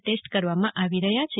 test કરવામાં આવી રહ્યા છે